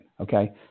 okay